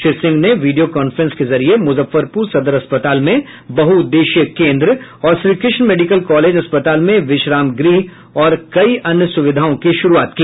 श्री सिंह ने video conference के जरिये मुजफ्फरपुर सदर अस्पताल में बहुद्देश्यीय केन्द्र और श्रीकृष्ण मेडिकल कॉलेज अस्पताल में विश्राम गृह और कई अन्य सुविधाओं की शुरूआत की